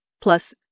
Plus